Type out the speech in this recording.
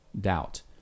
doubt